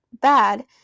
bad